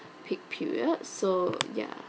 peak period so ya